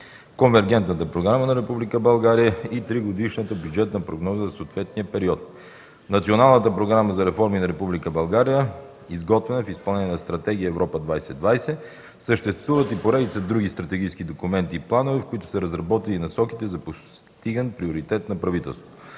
Конвергентната програма на Република България и тригодишната бюджетна прогноза за съответния период, Националната програма за реформи на Република България, изготвена в изпълнение на Стратегия „Европа 2020”. Съществуват и поредица други стратегически документи и планове, в които са разработени насоките за постигане на приоритетите на правителството.